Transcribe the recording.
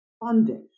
funding